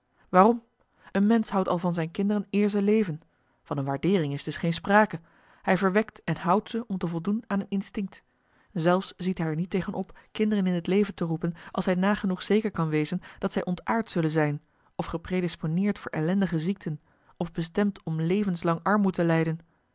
waarom een mensch houdt al van zijn kinderen eer ze leven van een waardeering is dus geen sprake hij verwekt en houdt ze om te voldoen aan een instinct zelfs ziet hij er niet tegen op kinderen in het leven te roepen als hij nagenoeg zeker kan wezen dat zij ontaard zullen zijn of gepraedisponeerd voor ellendige ziekten of bestemd om levenslang armoe te lijden